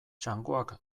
txangoak